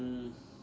mm